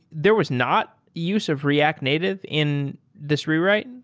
there was not use of react native in this rewrite? and